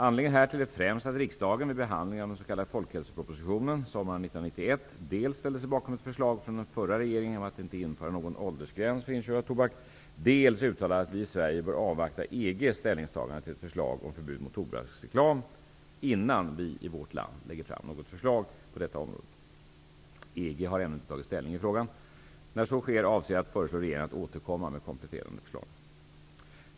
Anledningen härtill är främst att riksdagen vid behandlingen av den s.k. folkhälsopropositionen sommaren 1991 dels ställde sig bakom ett förslag från den förra regeringen om att inte införa någon åldersgräns för inköp av tobak, dels uttalade att vi i Sverige bör avvakta EG:s ställningstagande till ett förslag om förbud mot tobaksreklam innan vi i vårt land lägger fram ett förslag på detta område. EG har ännu inte tagit ställning i frågan. När så sker avser jag att föreslå regeringen att återkomma med kompletterande förslag.